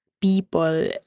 people